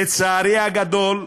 לצערי הגדול,